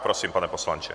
Prosím, pane poslanče.